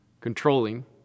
controlling